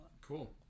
Cool